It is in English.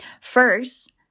First